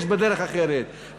יש בדרך אחרת.